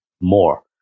more